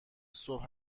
صبح